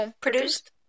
produced